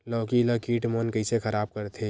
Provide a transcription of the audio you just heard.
लौकी ला कीट मन कइसे खराब करथे?